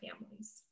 families